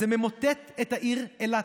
זה ממוטט את העיר אילת.